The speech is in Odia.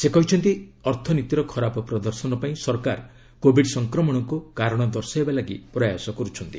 ସେ କହିଛନ୍ତି ଅର୍ଥନୀତିର ଖରାପ ପ୍ରଦର୍ଶନ ପାଇଁ ସରକାର କୋବିଡ ସଂକ୍ରମଣକୁ କାରଣ ଦର୍ଶାଇବା ଲାଗି ପ୍ରୟାସ କରୁଛନ୍ତି